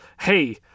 Hey